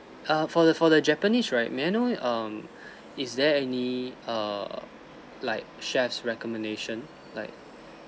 err for the for the japanese right may I know um is there any err like chef's recommendation like